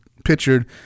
pictured